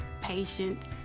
Patience